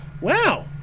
wow